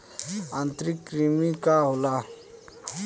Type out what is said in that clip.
आंतरिक कृमि का होला?